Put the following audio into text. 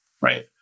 right